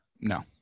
No